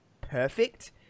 perfect